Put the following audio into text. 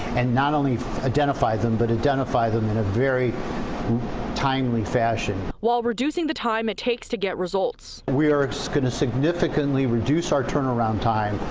and not only identify them, but identify them in a very timely fashion. reducing the time it takes to get results we are going to significantly reduce our turnaround time.